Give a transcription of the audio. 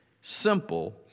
Simple